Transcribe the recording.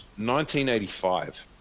1985